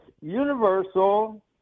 universal